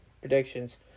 predictions